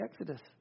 Exodus